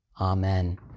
Amen